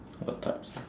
what types of